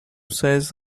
says